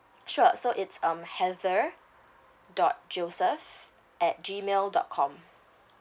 sure so it's um heather dot joseph at gmail dot com